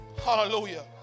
Hallelujah